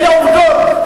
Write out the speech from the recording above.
אלה עובדות.